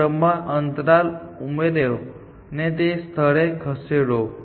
પછી અહીંથી નવો સિક્વન્સ શરૂ કરો A C G C A વગેરે અને આ બધા અંતરાલ છે